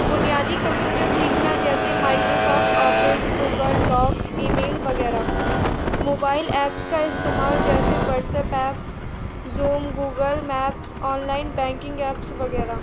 بنیادی کمپیوٹر سیکھنا جیسے Microsoft Office Google Docs email وغیرہ موبائل ایپس کا استعمال جیسے WhatsApp app Zoom Google Maps online banking apps وغیرہ